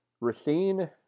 Racine